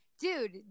dude